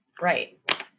Right